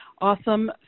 awesome